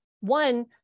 one